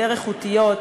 יותר איכותיות,